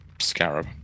scarab